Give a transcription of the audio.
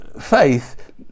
Faith